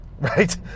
right